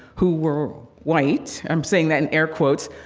who were white, i'm saying that in air quotes,